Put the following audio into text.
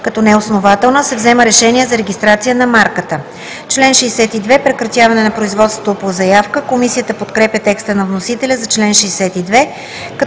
като неоснователна, се взема решение за регистрация на марката.“ „Член 62 – Прекратяване на производството по заявка“. Комисията подкрепя текста на вносителя за чл. 62,